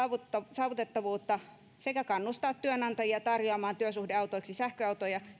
saavutettavuutta sekä kannustaa työnantajia tarjoamaan työsuhdeautoiksi sähköautoja